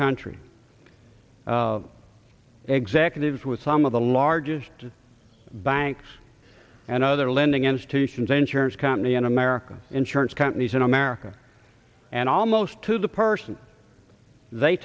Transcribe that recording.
country executives with some of the largest banks and other lending institutions insurance company in america insurance companies in america and almost to the person they